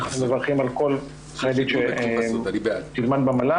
אנחנו מברכים על כל --- שתלמד במל"ג,